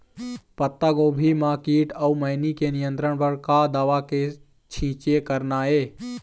पत्तागोभी म कीट अऊ मैनी के नियंत्रण बर का दवा के छींचे करना ये?